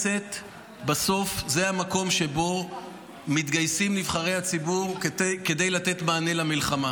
בסוף הכנסת זה המקום שבו מתגייסים נבחרי הציבור כדי לתת מענה במלחמה,